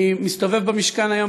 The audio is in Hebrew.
אני מסתובב במשכן היום,